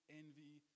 envy